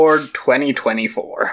2024